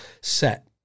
set